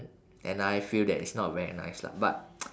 and I feel that it's not very nice lah but